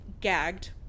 gagged